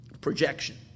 projection